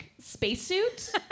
spacesuit